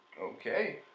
Okay